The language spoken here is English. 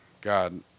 God